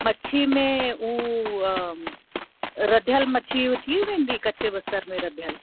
मच्छी में उ रधियल मच्छी उहा थी वेंदी कचे बसर में रधियल